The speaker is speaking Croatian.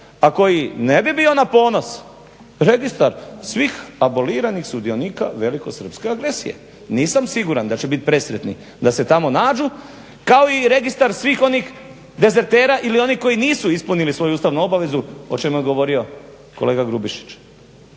koji ne bi bio na ponos, registar svih aboliranih sudionika velikosrpske agresije. Nisam siguran da će biti presretni da se tamo nađu kao i registar svih onih dezertera ili onih koji nisu ispunili svoju ustavnu obavezu o čemu je govorio kolega Grubišić.